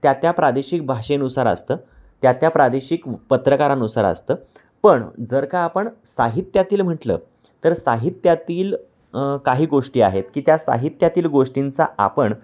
त्या त्या प्रादेशिक भाषेनुसार असतं त्या त्या प्रादेशिक पत्रकारानुसार असतं पण जर का आपण साहित्यातील म्हटलं तर साहित्यातील काही गोष्टी आहेत की त्या साहित्यातील गोष्टींचा आपण